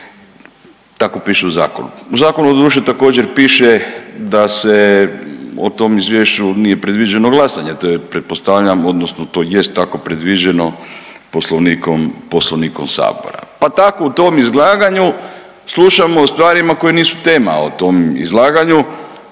tako piše u zakonu. U zakonu doduše također piše da se o tom izvješću nije predviđeno glasanje, to je pretpostavljam odnosno to jest tako predviđeno poslovnikom Sabora, pa tako u tom izlaganju slušamo o stvarima koje nisu tema o tom izlaganju